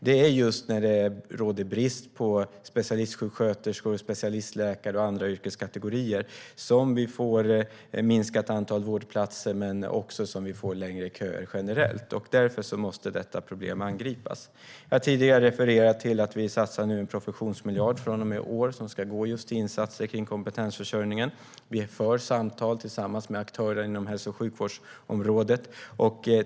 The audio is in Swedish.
Det är just när det råder brist på specialistsjuksköterskor, specialistläkare och andra yrkeskategorier som vi får ett minskat antal vårdplatser men också längre köer generellt. Därför måste detta problem angripas. Jag har tidigare refererat till att vi från och med i år satsar en professionsmiljard som ska gå just till insatser för kompetensförsörjningen. Vi för samtal med aktörer inom hälso och sjukvårdsområdet.